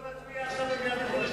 להצביע עכשיו במליאת הכנסת.